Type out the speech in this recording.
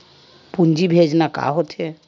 पूंजी भेजना का होथे?